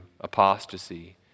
apostasy